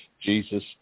Jesus